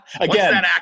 Again